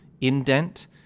indent